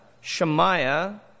Shemaiah